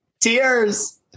Tears